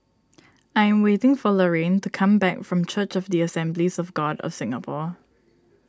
I'm waiting for Laraine to come back from Church of the Assemblies of God of Singapore